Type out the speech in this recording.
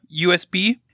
USB